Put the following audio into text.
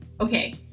okay